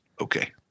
Okay